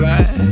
Right